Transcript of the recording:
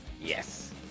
Yes